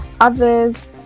others